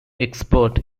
expert